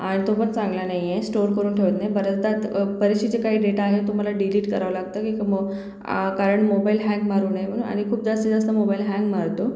आणि तो पण चांगला नाही आहे स्टोअर करून ठेवत नाही बऱ्याचदा तर परीक्षेचे काही डेटा आहे तो मला डिलिट करावं लागतं की कं मग कारण मोबाईल हँक मारू नये म्हणून आणि खूप जास्तीत जास्त मोबाईल हँग मारतो